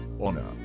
Honor